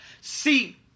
See